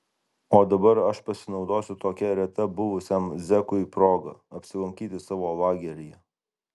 o dabar aš pasinaudosiu tokia reta buvusiam zekui proga apsilankyti savo lageryje